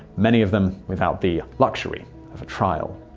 many of them without the luxury of a trial.